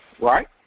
Right